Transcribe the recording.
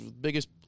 biggest